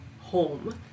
home